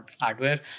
hardware